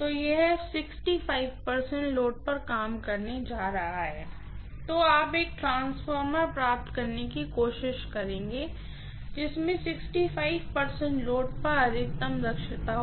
तो यह है 65 लोड पर काम करने जा रहा है तो आप एक ट्रांसफार्मर प्राप्त करने की कोशिश करेंगे जिसमें लोड पर अधिकतम दक्षता होगी